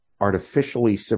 artificially